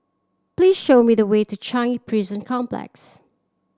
please show me the way to Changi Prison Complex